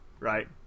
Right